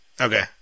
Okay